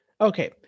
Okay